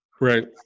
Right